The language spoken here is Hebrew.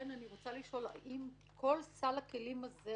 אני רוצה לשאול, האם משתמשים בכל סל הכלים הזה